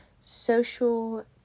social